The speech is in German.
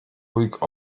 ruhig